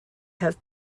have